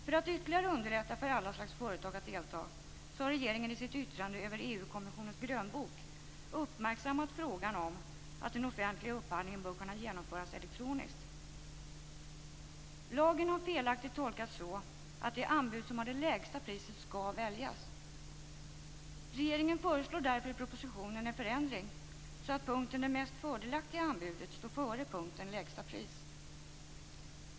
För att ytterligare underlätta för alla slags företag att delta har regeringen i sitt yttrande över EU-kommissionens grönbok uppmärksammat frågan om att den offentliga upphandlingen bör kunna genomföras elektroniskt. Lagen har felaktigt tolkats så, att det anbud som har det lägsta priset skall väljas. Regeringen föreslår därför i propositionen en förändring så att punkten Det mest fördelaktiga anbudet står före punkten Lägsta pris.